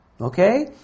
Okay